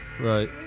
Right